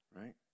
Right